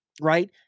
Right